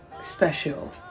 special